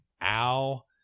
Al